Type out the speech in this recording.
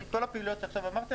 את כל הפעילויות שעכשיו ציינתי,